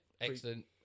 Excellent